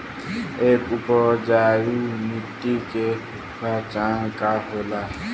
एक उपजाऊ मिट्टी के पहचान का होला?